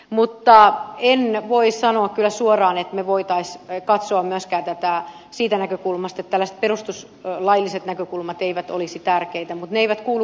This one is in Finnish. mutta en voi sanoa kyllä suoraan että me voisimme katsoa tätä myöskään siitä näkökulmasta että tällaiset perustuslailliset näkökulmat eivät olisi tärkeitä mutta ne eivät kuulu minun tontilleni